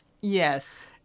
Yes